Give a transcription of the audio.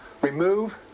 remove